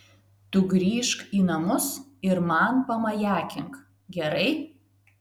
tu grįžk į namus ir man pamajakink gerai